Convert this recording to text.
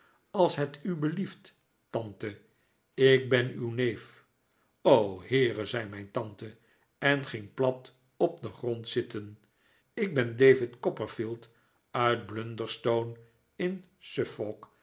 als het u belieft tante ik ben uw neef o heere zei mijn tante en ging plat op den grond zitten ik ben david copperfield uit blunderstone in